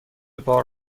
بار